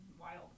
wild